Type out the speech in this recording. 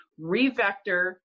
Revector